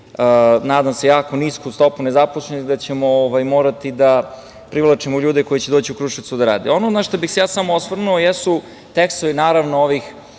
nadam se, jako nisku stopu nezaposlenosti i da ćemo morati da privlačimo ljude koji će doći u Kruševac da rade. Ono na šta bih se ja osvrnuo jesu tekstovi medija koji